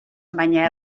baita